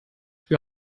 sie